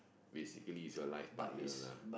basically is your life partner lah